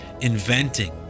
inventing